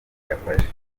yafashe